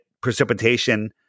precipitation